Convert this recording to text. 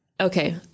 Okay